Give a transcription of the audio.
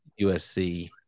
USC